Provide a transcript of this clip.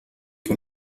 que